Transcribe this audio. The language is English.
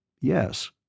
Yes